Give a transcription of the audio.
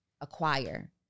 acquire